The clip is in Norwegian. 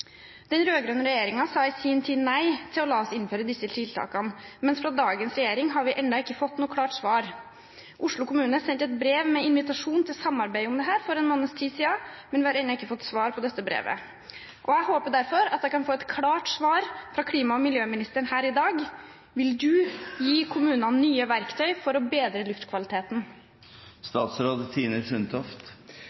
Den rød-grønne regjeringen sa i sin tid nei til å innføre disse tiltakene, mens fra dagens regjering har vi ennå ikke fått noe klart svar. Oslo kommune sendte et brev med invitasjon til samarbeid om dette for en måneds tid siden, men vi har ennå ikke fått svar på det brevet. Jeg håper derfor at jeg kan få et klart svar fra klima- og miljøministeren her i dag: Vil statsråden gi kommunene nye verktøy for å bedre luftkvaliteten?